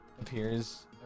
appears